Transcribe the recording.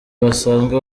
basanzwe